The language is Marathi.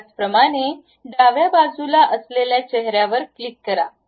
त्याचप्रमाणे डाव्या बाजूला असलेल्या चेहऱ्यावर वर क्लिक करा